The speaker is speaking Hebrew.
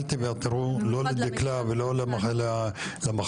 אל תוותרו לא לדקלה ולא למחוז.